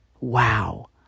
Wow